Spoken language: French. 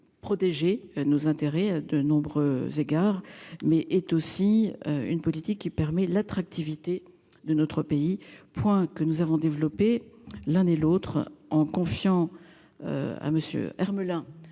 protéger nos intérêts à de nombreux égards, mais est aussi une politique qui permet l'attractivité de notre pays point que nous avons développé l'un et l'autre en confiant. À monsieur Hermelin.